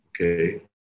okay